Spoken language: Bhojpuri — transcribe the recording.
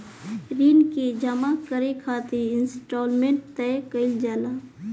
ऋण के जामा करे खातिर इंस्टॉलमेंट तय कईल जाला